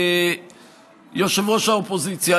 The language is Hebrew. יושב-ראש האופוזיציה,